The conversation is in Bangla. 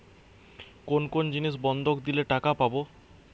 কোন কোন জিনিস বন্ধক দিলে টাকা পাব?